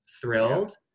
thrilled